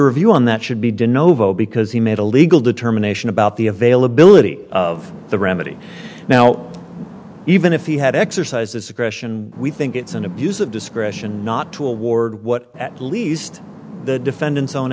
review on that should be dyno vote because he made a legal determination about the availability of the remedy now even if he had exercised its aggression we think it's an abuse of discretion not to award what at least the defendant's own